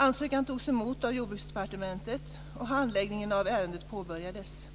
Ansökan togs emot av Jordbruksdepartementet och handläggningen av ärendet påbörjades.